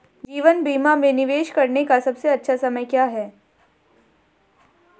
जीवन बीमा में निवेश करने का सबसे अच्छा समय क्या है?